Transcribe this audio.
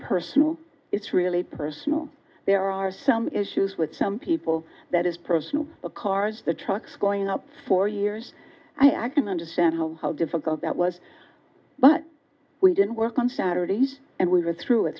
personal it's really personal there are some issues with some people that is personal a cars the trucks going up for years i can understand how how difficult that was but we didn't work on saturdays and we were through